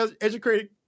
educated